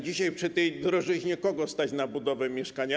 Dzisiaj, przy tej drożyźnie - kogo stać na budowę mieszkania?